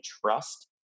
trust